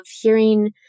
hearing